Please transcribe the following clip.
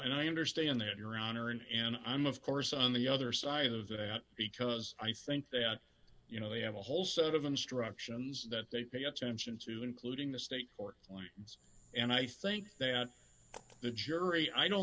and i understand that your honor and and i'm of course on the other side of that out because i think they are you know they have a whole set of instructions that they pay attention to including the state court and i think the jury i don't